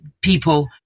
people